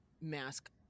mask